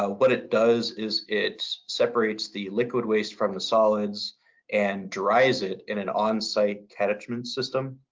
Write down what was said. ah what it does is it separates the liquid waste from the solids and dries it in an onsite catchment system.